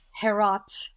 Herat